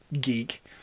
geek